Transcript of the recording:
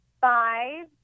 five